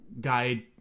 guide